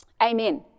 Amen